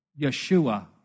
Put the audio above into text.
Yeshua